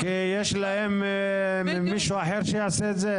כי יש להם מישהו אחר שיעשה את זה?